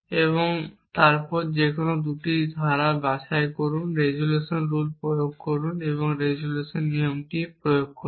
এবং তারপর যেকোন 2টি ধারা বাছাই করুন রেজোলিউশন রুল প্রয়োগ করুন রেজোলিউশন নিয়মটি প্রয়োগ করুন